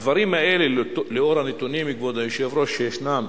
הדברים האלה, לאור הנתונים, כבוד היושב-ראש, שישנם